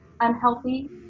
unhealthy